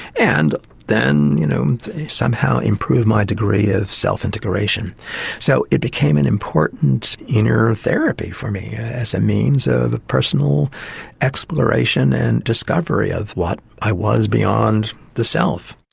and then you know somehow improve my degree of self-integration. so it became an important inner therapy for me, as a means of a personal exploration and discovery of what i was beyond the self.